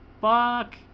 Fuck